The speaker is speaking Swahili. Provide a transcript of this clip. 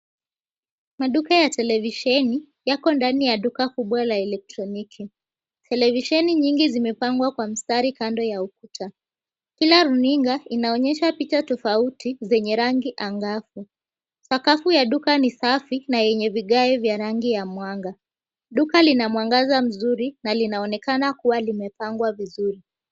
Maduka ya televisheni yako ndani ya duka kubwa la elektroniki. Televisheni nyingi zimepangwa kwa mstari kando ya ukuta. Kila runinga inaonyesha picha tofauti zenye rangi angavu. Sakafu ya duka ni safi na yenye vigae vya rangi ya mwanga. Duka lina mwangaza mzuri, na linaonekana kuwa limepangwa vizuri.